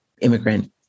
immigrant